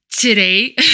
Today